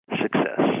success